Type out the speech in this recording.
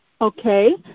Okay